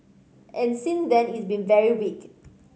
and since then it's been very weak